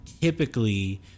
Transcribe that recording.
typically